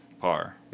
par